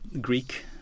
Greek